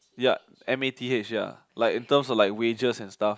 ya m_a_t_h ya like in terms of wedges and stuffs